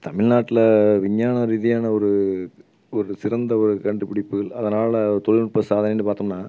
தமிழ்நாட்டில் விஞ்ஞான ரீதியான ஒரு ஒரு சிறந்த ஒரு கண்டுபுடிப்புகள் அதனால் தொழில்நுட்ப சாதனைன்னு பார்த்தோன்னா